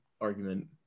argument